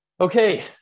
Okay